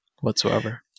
whatsoever